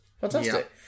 Fantastic